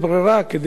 כדי לשרוד,